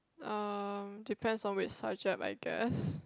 um depends on which subject I guess